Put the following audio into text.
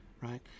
right